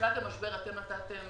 בתחילת המשבר אתם נתתם